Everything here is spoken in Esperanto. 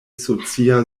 socia